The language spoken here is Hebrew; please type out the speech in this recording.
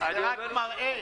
זה רק מראה